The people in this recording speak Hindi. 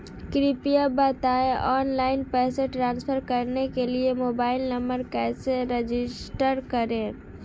कृपया बताएं ऑनलाइन पैसे ट्रांसफर करने के लिए मोबाइल नंबर कैसे रजिस्टर करें?